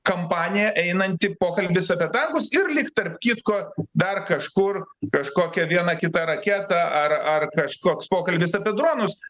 kampanija einanti pokalbis apie tankus ir lyg tarp kitko dar kažkur kažkokią vieną kitą raketą ar ar kažkoks pokalbis apie dronus